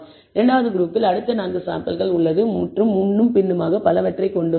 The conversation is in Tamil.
இரண்டாவது குழுவில் அடுத்த 4 சாம்பிள்கள் உள்ளது மற்றும் முன்னும் பின்னுமாக பலவற்றைக் கொண்டிருக்கின்றன